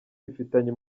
bifitanye